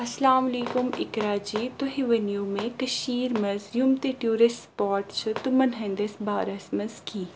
اَسَلامُ اِقرا جی تُہۍ ؤنِو مےٚ کٔشیٖرِ منٛز یِم تہِ ٹوٗرِسٹ سپاٹ چِھ تِمَن ہٕنٛدِس بارَس منٛز کینٛہہ